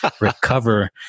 recover